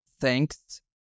Thanks